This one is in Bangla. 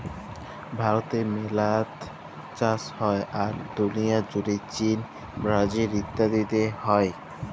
ভারতে মেলা ট চাষ হ্যয়, আর দুলিয়া জুড়ে চীল, ব্রাজিল ইত্যাদিতে হ্য়য়